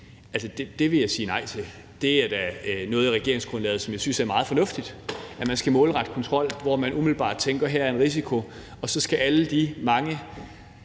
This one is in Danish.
det vil jeg sige nej til. Det er da noget af regeringsgrundlaget, som jeg synes er meget fornuftigt: at man skal målrette kontrol, hvor man umiddelbart tænker, at her er en risiko, og så skal alle de mange,